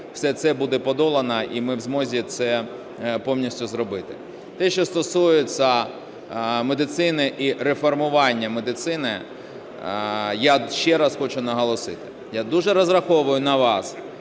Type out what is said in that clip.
все це буде подолано, і ми в змозі повністю це зробити. Те, що стосується медицини і реформування медицини. Я ще раз хочу наголосити, я дуже розраховую на вас